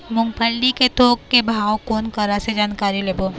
मूंगफली के थोक के भाव कोन करा से जानकारी लेबो?